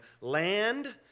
land